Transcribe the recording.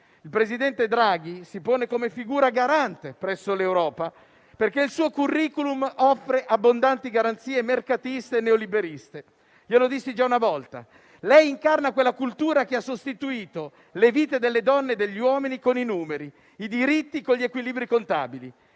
Il presidente Draghi si pone come figura garante presso l'Europa perché il suo *curriculum* offre abbondanti garanzie mercatiste e neoliberiste. Glielo dissi già una volta: lei incarna quella cultura che ha sostituito le vite delle donne e degli uomini con i numeri, i diritti con gli equilibri contabili.